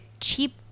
cheap